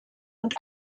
und